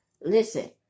listen